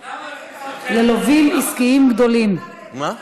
שיאפשר להגדיל את מספר חברי ועדת החקירה הפרלמנטרית ל־11,